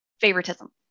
favoritism